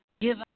give